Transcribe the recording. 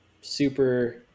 super